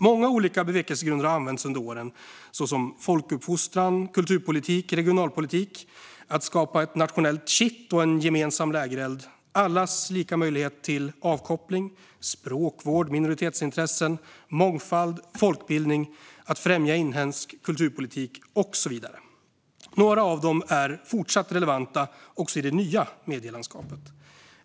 Många olika bevekelsegrunder har använts under åren, såsom folkuppfostran, kulturpolitik, regionalpolitik, att skapa ett nationellt kitt och en gemensam "lägereld", allas lika möjlighet till avkoppling, språkvård, minoritetsintressen, mångfald, folkbildning, att främja inhemsk kulturproduktion och så vidare. Några av dessa är fortsatt relevanta också i det nya medielandskapet.